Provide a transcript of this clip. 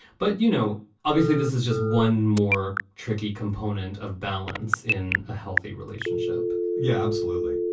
but, you know, obviously, this is just one more tricky component of balance in a healthy relationship. yeah, absolutely.